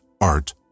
art